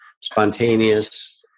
spontaneous